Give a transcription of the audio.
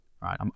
Right